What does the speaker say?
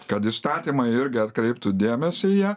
kad įstatymai irgi atkreiptų dėmesį į ją